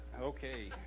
Okay